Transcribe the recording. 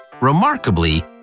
Remarkably